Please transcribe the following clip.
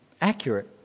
accurate